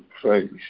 place